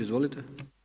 Izvolite.